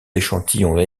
échantillons